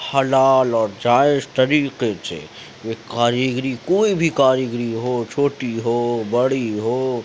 حلال اور جائز طریقے سے یہ کاریگری کوئی بھی کاریگری ہو چھوٹی ہو بڑی ہو